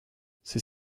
c’est